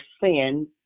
sin